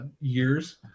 years